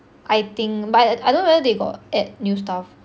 I think but I don't whether they got add new stuff